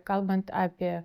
kalbant apie